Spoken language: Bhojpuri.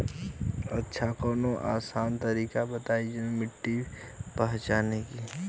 अच्छा कवनो आसान तरीका बतावा मिट्टी पहचाने की?